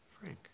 Frank